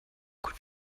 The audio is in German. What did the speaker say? gut